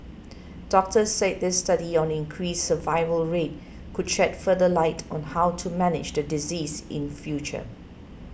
doctors said this study on increased survival rate could shed further light on how to manage the disease in future